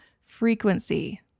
frequency